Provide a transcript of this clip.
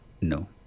No